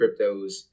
cryptos